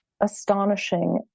astonishing